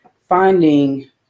finding